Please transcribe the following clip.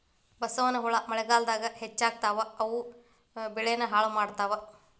ಬಸವನಹುಳಾ ಮಳಿಗಾಲದಾಗ ಹೆಚ್ಚಕ್ಕಾವ ಇವು ಬೆಳಿನ ಹಾಳ ಮಾಡತಾವ